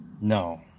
No